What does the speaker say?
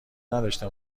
نداشته